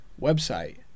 website